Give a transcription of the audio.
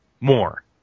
More